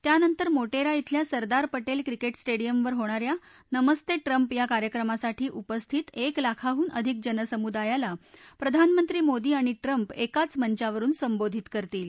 त्यानंतर मोटेरा खिल्या सरदार पटेल क्रिकेट स्टेडियमवर होणा या नमस्ते ट्रम्प या कार्यक्रमासाठी उपस्थित एक लाखाहन अधिक जनसमुदायाला प्रधानमंत्री मोदी आणि ट्रम्प एकाच मंचावरुन संबोधित करतील